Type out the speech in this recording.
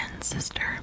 sister